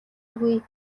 үгүй